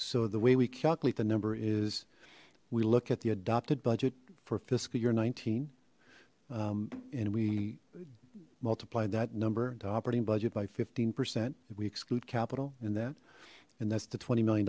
so the way we calculate the number is we look at the adopted budget for fiscal year nineteen and we multiply that number the operating budget by fifteen percent if we exclude capital in that and that's the twenty million